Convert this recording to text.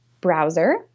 browser